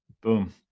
boom